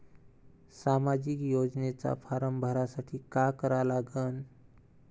सामाजिक योजनेचा फारम भरासाठी का करा लागन?